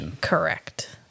correct